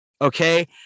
Okay